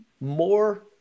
more